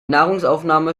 nahrungsaufnahme